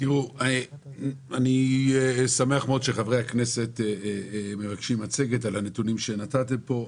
אני שמח מאוד שחברי הכנסת מבקשים מצגת על הנתונים שנתתם פה,